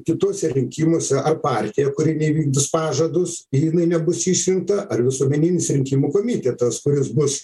kituose rinkimuose ar partija kuri neįvykdys pažadus jinai nebus išrinkta ar visuomeninis rinkimų komitetas kuris bus